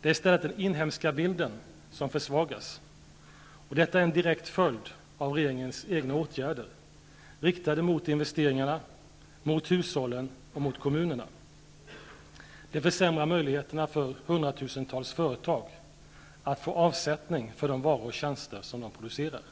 Det är i stället den inhemska bilden som försvagas. Detta är en direkt följd av regeringens egna åtgärder riktade mot investeringarna, mot hushållen och mot kommunerna. Det försämrar möjligheterna för hundratusentals företag att få avsättning för de varor och tjänster som de producerar.